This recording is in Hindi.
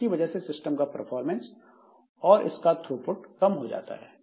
इसकी वजह से सिस्टम का परफॉर्मेंस और इसका थ्रोपुट कम हो जाता है